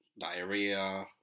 diarrhea